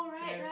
yes